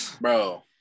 bro